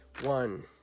One